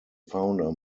founder